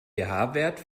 wert